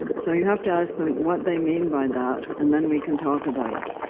so, you have to ask them what they mean by that, and then we can talk about it.